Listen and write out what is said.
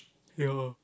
ya